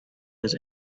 was